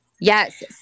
Yes